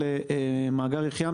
ובימים אחרים,